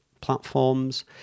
platforms